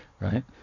Right